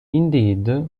indeed